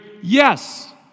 Yes